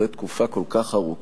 אחרי תקופה כל כך ארוכה,